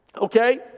okay